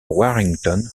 warrington